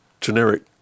generic